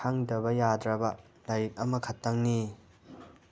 ꯈꯪꯗꯕ ꯌꯥꯗ꯭ꯔꯕ ꯂꯥꯏꯔꯤꯛ ꯑꯃꯈꯛꯇꯪꯅꯤ